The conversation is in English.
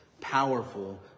powerful